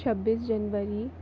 छब्बीस जनवरी